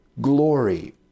glory